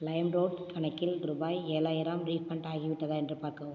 Limeroad கணக்கில் ரூபாய் ஏழாயிரம் ரீஃபண்ட் ஆகிவிட்டதா என்று பார்க்கவும்